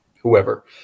whoever